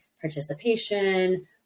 participation